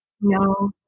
No